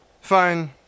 Fine